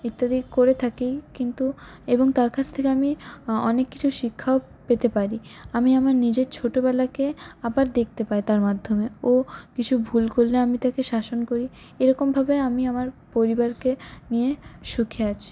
ইত্যাদি করে থাকি কিন্তু এবং তার কাছ থেকে আমি অনেক কিছু শিক্ষাও পেতে পারি আমি আমার নিজের ছোটবেলাকে আবার দেখতে পাই তার মাধ্যমে ও কিছু ভুল করলে আমি তাকে শাসন করি এরকমভাবে আমি আমার পরিবারকে নিয়ে সুখে আছি